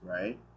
right